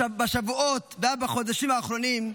בשבועות וגם בחודשים האחרונים,